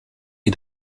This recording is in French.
est